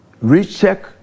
re-check